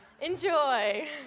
Enjoy